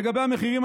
לגבי המחירים,